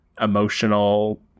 emotional